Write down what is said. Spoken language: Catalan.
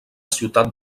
ciutat